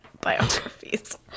biographies